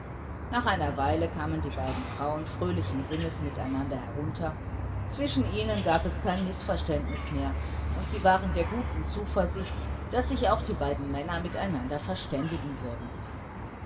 nach einer guten weile kamen die beiden frauen fröhlichen sinnes miteinander herunter zwischen ihnen gab es kein mißverständnis mehr und sie waren der guten zuversicht daß sich auch die beiden männer miteinander verständigen würden